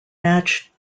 match